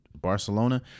Barcelona